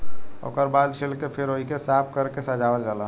ओकर बाल छील के फिर ओइके साफ कर के सजावल जाला